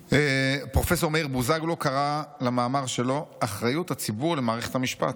פרופ' מאיר בוזגלו קרא למאמר שלו "אחריות הציבור למערכת המשפט".